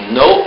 no